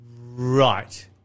Right